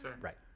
right